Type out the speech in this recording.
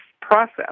process